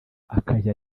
akajya